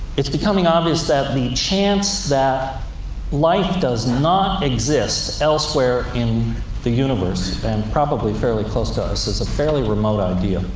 it's becoming um obvious that the chance that life does not exist elsewhere in the universe, and probably fairly close to us, is a fairly remote idea.